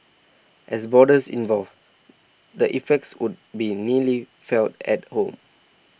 as borders evolve the effects would be keenly felt at home